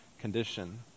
condition